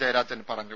ജയരാജൻ പറഞ്ഞു